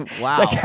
wow